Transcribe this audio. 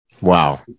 Wow